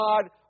God